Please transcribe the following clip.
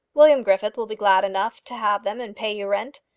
william griffith will be glad enough to have them and pay you rent.